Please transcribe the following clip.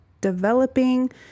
developing